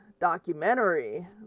documentary